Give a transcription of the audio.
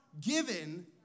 given